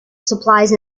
supplies